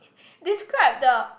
describe the